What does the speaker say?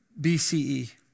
BCE